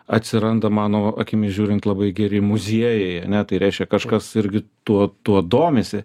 atsiranda mano akimis žiūrint labai geri muziejai ane tai reiškia kažkas irgi tuo tuo domisi